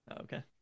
okay